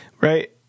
right